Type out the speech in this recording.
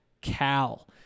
Cal